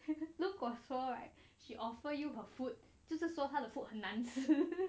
如果 far right she offer you got food 就是说他的 food 很难吃